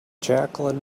jacqueline